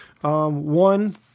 One